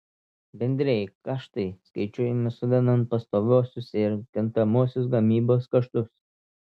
bendrieji kaštai skaičiuojami sudedant pastoviuosius ir kintamuosius gamybos kaštus